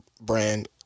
brand